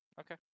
okay